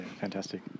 fantastic